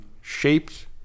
shaped